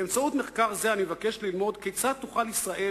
באמצעות מחקר זה אני מבקש ללמוד כיצד תוכל ישראל